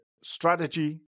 strategy